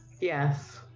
Yes